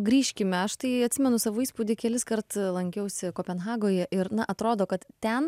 griškime aš tai atsimenu savo įspūdį keliskart lankiausi kopenhagoje ir na atrodo kad ten